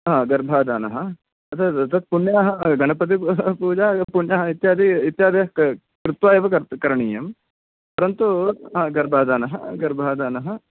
गर्भाधानः तत् पूण्यः गणपतिः पुजा पूण्यः इत्यादि इत्यादयः कृत्वा एव तत् करणीयं परन्तु गर्भाधानः गर्भाधानः